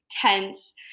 Tense